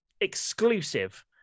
exclusive